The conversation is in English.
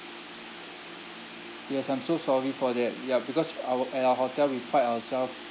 yes I'm so sorry for that ya because our at our hotel we pride ourselves